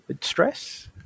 stress